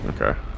Okay